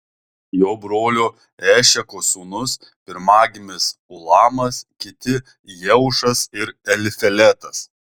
jo brolio ešeko sūnūs pirmagimis ulamas kiti jeušas ir elifeletas